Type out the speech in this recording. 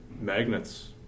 magnets